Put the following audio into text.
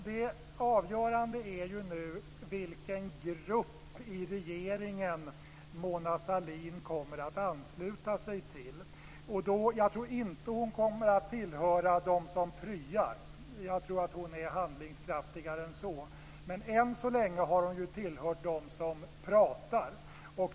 Det avgörande är nu vilken grupp i regeringen Mona Sahlin kommer att ansluta sig till. Jag tror inte att hon kommer att tillhöra dem som pryar - jag tror att hon är handlingskraftigare än så. Men än så länge har hon tillhört dem som pratar.